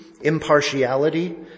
impartiality